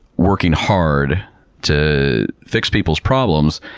working hard to fix people's problems.